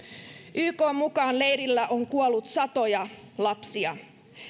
ykn mukaan leirillä on kuollut satoja lapsia